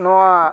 ᱱᱚᱣᱟ